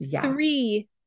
three